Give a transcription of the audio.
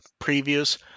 previews